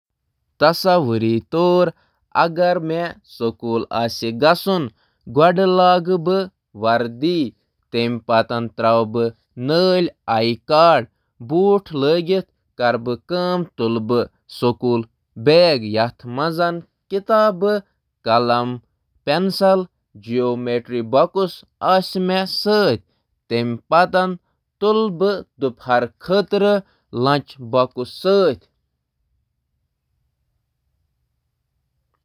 سکولَس منٛز أکِس دۄہٕچ تیٲری کرَن وٲلۍ طالبہِ علِم آسنہٕ کِنۍ چھُس بہٕ پنُن سکوٗل یونیفارم لٲگِتھ تہٕ یہِ یقینی بنٲوِتھ شروٗع کران زِ مےٚ نِش چھُ پنُن شناختی کارڈ اَمہِ پتہٕ چھُس بہٕ یِنہٕ وٲلِس دۄہٕچ تیٲری خٲطرٕ پنُن بیگ تہٕ دُپہرُک کھٮ۪ن جمع کران۔